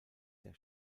der